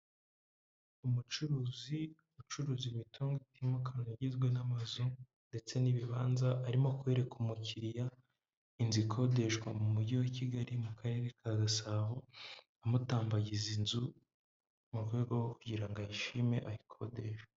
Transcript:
Umucuruzi ucuruza imitungo itimukanwa igizwe n'amazu ndetse n'ibibanza arimo kwereka umukiriya inzu ikodeshwa mu mujyi wa Kigali mu karere ka Gasabo amutambagiza inzu mu rwego rwo kugira ngo ayishime ayikodeshwa.